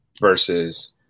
versus